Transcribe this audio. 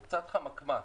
הוא קצת חמקמק.